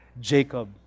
jacob